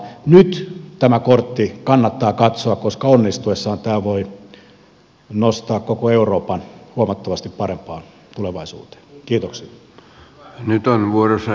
nyt tämä kortti kannattaa katsoa koska onnistuessaan tämä voi nostaa koko euroopan huomattavasti parempaan tulevaisuuteen